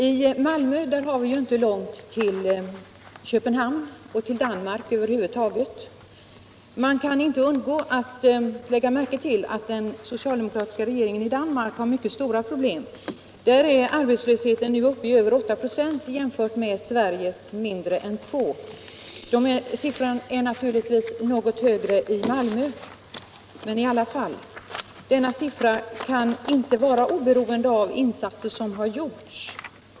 I Malmö har vi ju inte långt till Köpenhamn och övriga Danmark. Man kan inte undgå att lägga märke till att den socialdemokratiska regeringen i Danmark har mycket stora problem. Där är arbetslösheten nu uppe i över 8 26. Det bör jämföras med arbetslöshetssiffran i Sverige, som är mindre än 2 96, låt vara att procenttalet är något högre i Malmö. De siffertal jag nämnt kan inte gärna vara oberoende av de insatser som har gjorts.